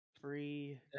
Three